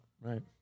Right